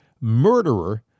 murderer